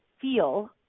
feel